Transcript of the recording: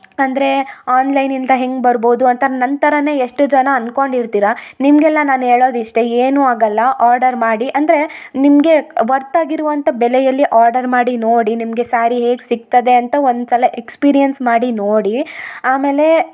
ಅಂದರೆ ಆನ್ಲೈನ್ಯಿಂದ ಹೆಂಗೆ ಬರ್ಬೋದು ಅಂತ ನನ್ನ ಥರ ಎಷ್ಟು ಜನ ಅನ್ಕೊಂಡಿರ್ತೀರಾ ನಿಮಗೆಲ್ಲ ನಾನು ಹೇಳೋದ್ ಇಷ್ಟೆ ಏನು ಆಗೋಲ್ಲ ಆರ್ಡರ್ ಮಾಡಿ ಅಂದರೆ ನಿಮಗೆ ವರ್ತ್ ಆಗಿರುವಂಥ ಬೆಲೆಯಲ್ಲಿ ಆರ್ಡರ್ ಮಾಡಿ ನೋಡಿ ನಿಮಗೆ ಸ್ಯಾರಿ ಹೇಗೆ ಸಿಗ್ತದೆ ಅಂತ ಒಂದ್ಸಲ ಎಕ್ಸ್ಪಿರಿಯೆನ್ಸ್ ಮಾಡಿ ನೋಡಿ ಆಮೇಲೇ